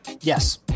yes